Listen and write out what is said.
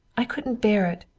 i couldn't bear it.